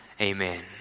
Amen